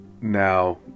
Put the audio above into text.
now